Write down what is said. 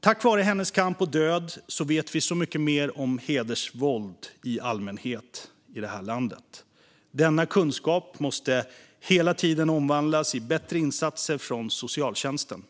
Tack vare hennes kamp och på grund av hennes död vet vi så mycket mer om hedersvåld i allmänhet i det här landet. Denna kunskap måste hela tiden omvandlas i bättre insatser från socialtjänsten.